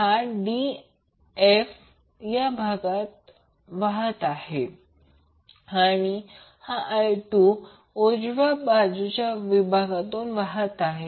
हा d f या विभागात वाहत आहे आणि हा I2 उजव्या बाजूच्या विभागात वाहत आहे